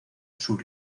sur